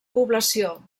població